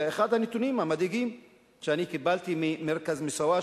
אחד הנתונים המדאיגים שקיבלתי ממרכז "מוסאוא",